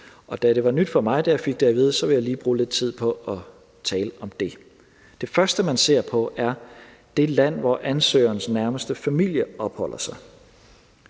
og da det var nyt for mig, da jeg fik det at vide, vil jeg lige bruge lidt tid på at tale om det. Det første, man ser på, er det land, hvor ansøgerens nærmeste familie opholder sig.